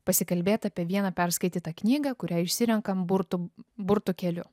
pasikalbėt apie vieną perskaitytą knygą kurią išsirenkam burtų burtų keliu